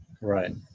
Right